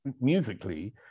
musically